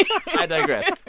i digress.